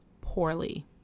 poorly